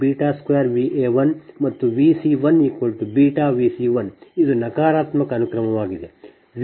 ಆದ್ದರಿಂದ Vb12Va1 ಮತ್ತು V c1 βV c1 ಇದು ನಕಾರಾತ್ಮಕ ಅನುಕ್ರಮವಾಗಿದೆ